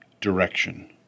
direction